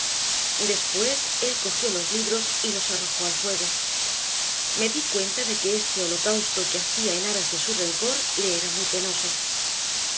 después él cogió los libros y los arrojó al fuego me di cuenta de que este holocausto que hacía en aras de su rencor le era muy penoso